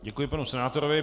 Děkuji panu senátorovi.